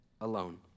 alone